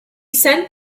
sent